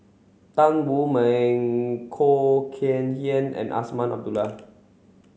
Tan Wu Meng Khoo Kay Hian and Azman Abdullah